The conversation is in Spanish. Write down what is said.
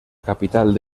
capital